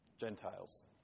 Gentiles